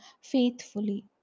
faithfully